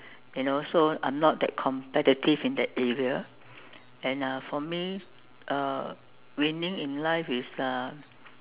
you know so I'm not that competitive in that area and uh for me uh winning in life is uh